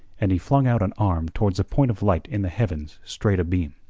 and he flung out an arm towards a point of light in the heavens straight abeam.